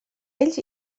ells